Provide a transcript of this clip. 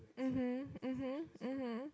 mmhmm mmhmm mmhmm